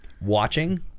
Watching